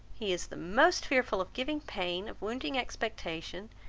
he is the most fearful of giving pain, of wounding expectation,